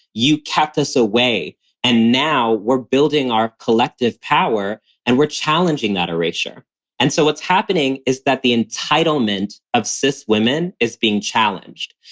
you kept us away and now we're building our collective power and we're challenging that erasure. and so what's happening is that the entitlement of cis women is being challenged.